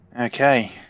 Okay